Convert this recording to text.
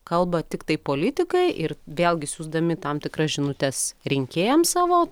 kalba tiktai politikai ir vėlgi siųsdami tam tikras žinutes rinkėjams savo